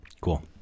cool